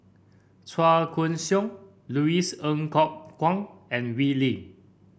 Chua Koon Siong Louis Ng Kok Kwang and Wee Lin